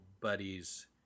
buddies